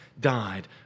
died